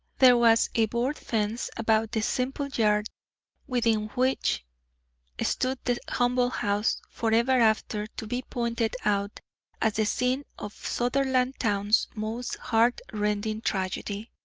there was a board fence about the simple yard within which stood the humble house forever after to be pointed out as the scene of sutherlandtown's most heart-rending tragedy.